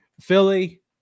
Philly